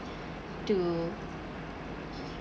to